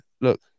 look